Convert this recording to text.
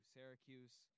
Syracuse